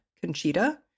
conchita